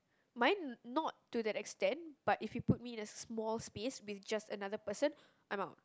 mine not to that extent but if you put me in a small space with just another person I'm out